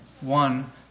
one